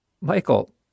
Michael